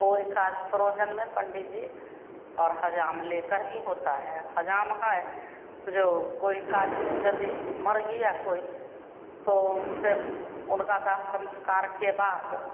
कोई कार्य प्रयोजन में पंडित जी और हज्जाम लेकर ही होता है हज्जाम है जो कोई कार्य में यदि मर गया कोई तो उनसे उनका दाह संस्कार के बाद